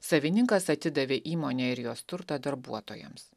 savininkas atidavė įmonę ir jos turtą darbuotojams